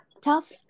tough